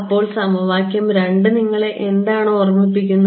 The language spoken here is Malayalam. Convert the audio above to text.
അപ്പോൾ സമവാക്യം 2 നിങ്ങളെ എന്താണ് ഓർമ്മിപ്പിക്കുന്നത്